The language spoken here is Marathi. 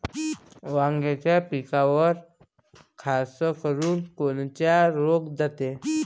वांग्याच्या पिकावर खासकरुन कोनचा रोग जाते?